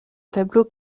tableau